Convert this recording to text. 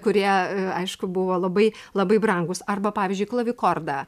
kurie aišku buvo labai labai brangūs arba pavyzdžiui klavikordą